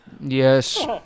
Yes